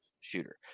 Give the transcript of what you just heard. shooter